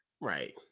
Right